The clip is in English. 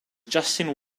justin